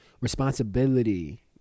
responsibility